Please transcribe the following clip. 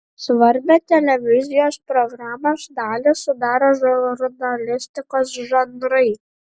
svarbią televizijos programos dalį sudaro žurnalistikos žanrai